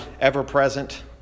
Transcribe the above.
ever-present